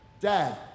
Dad